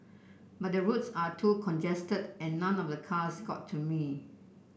but the roads are too congested and none of the cars got to me